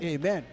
Amen